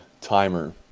timer